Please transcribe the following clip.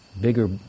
bigger